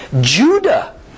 Judah